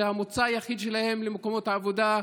זה המוצא היחיד שלהם למקומות העבודה,